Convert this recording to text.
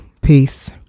peace